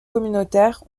communautaires